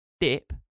dip